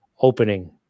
opening